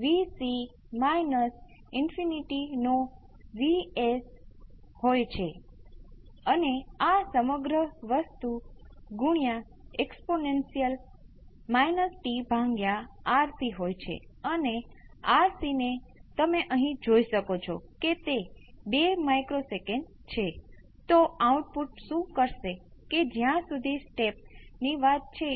તેથી મારી પાસે આ આખી વસ્તુ V p exponential t R C થસે અને મારી પાસે exponential delta t R C 1 વિભાજિત ડેલ્ટા